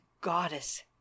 goddess